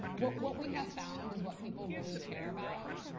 what what we have found is what people really care about.